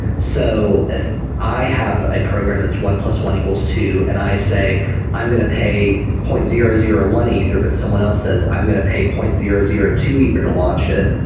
so if i have a program that's one plus one equals two and i say i'm going to pay point zero zero one ether, but someone else says i'm going to pay point zero zero two ether to launch it,